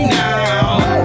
now